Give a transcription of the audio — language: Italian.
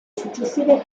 successive